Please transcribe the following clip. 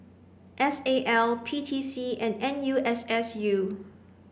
S A L P T C and N U S S U